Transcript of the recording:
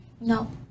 No